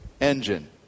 engine